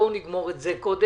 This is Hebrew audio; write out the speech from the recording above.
בואו נגמור את זה קודם.